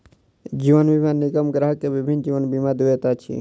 जीवन बीमा निगम ग्राहक के विभिन्न जीवन बीमा दैत अछि